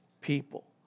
people